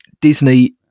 Disney